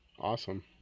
Awesome